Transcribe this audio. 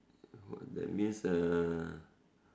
what that's mean err